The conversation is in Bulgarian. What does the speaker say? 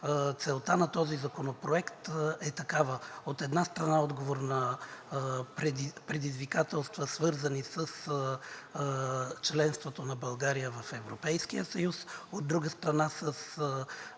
целта на този законопроект е такава. От една страна, отговор на предизвикателства, свързани с членството на България в Европейския съюз, от друга страна, с